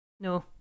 No